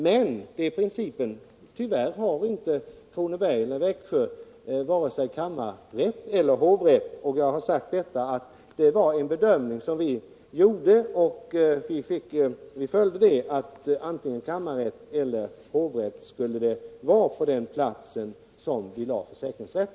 Men tyvärr hade inte Kronoberg och Växjö vare sig kammarrätt eller hovrätt. Vi gjorde en bedömning och ansåg att antingen kammarrätt eller hovrätt skulle finnas på den plats där vi förlade en försäkringsrätt.